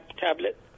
tablet